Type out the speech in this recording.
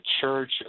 church